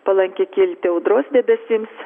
palanki kilti audros debesims